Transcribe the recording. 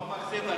אני לא מגזים,